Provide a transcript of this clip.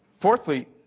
fourthly